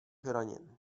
raněn